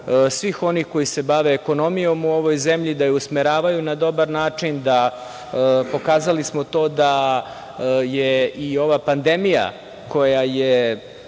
svih onih koji se bave ekonomijom u ovoj zemlji, da je usmeravaju na dobar način. Pokazali smo to da je ova pandemija koja je